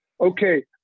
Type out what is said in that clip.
okay